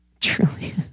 truly